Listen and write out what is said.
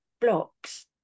blocks